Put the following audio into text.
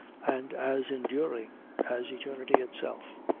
and as enduring as eternity itself.